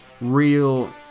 real